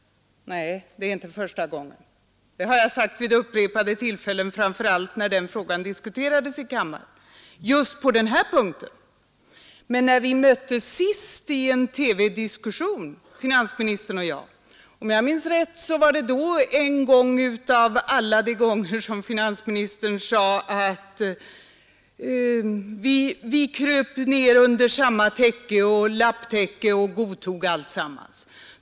Nej, det är inte första gången. Det har jag sagt vid upprepade tillfällen, framför allt när frågan diskuterades i kammaren just på den här punkten. När finansministern och jag senast möttes i en TV-diskussion var det, om jag minns rätt, en av alla de gånger som finansministern sade att vi kröp ner under samma lapptäcke och godtog alltsammans.